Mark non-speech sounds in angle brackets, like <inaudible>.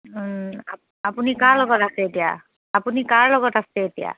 <unintelligible> আপুনি কাৰ লগত আছে এতিয়া আপুনি কাৰ লগত আছে এতিয়া